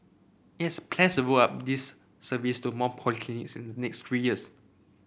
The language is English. it's plans roll out this service to more polyclinics in the next three years